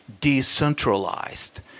decentralized